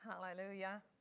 Hallelujah